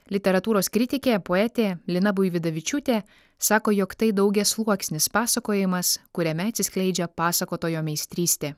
literatūros kritikė poetė lina buividavičiūtė sako jog tai daugiasluoksnis pasakojimas kuriame atsiskleidžia pasakotojo meistrystė